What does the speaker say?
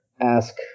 ask